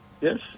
yes